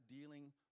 dealing